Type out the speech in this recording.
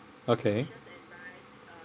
okay